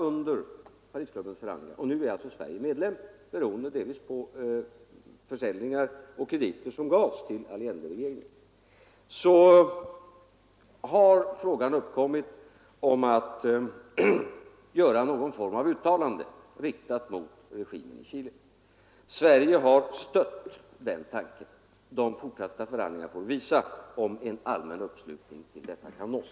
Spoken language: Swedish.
Under Parisklubbens förhandlingar — och nu är alltså Sverige medlem, delvis beroende på försäljningar som gjordes och krediter som gavs till Allenderegeringen — har frågan uppkommit att göra något slags uttalande riktat mot regimen i Chile. Sverige har stött den tanken. De fortsatta förhandlingarna får visa om en allmän uppslutning kring den kan nås.